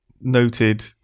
noted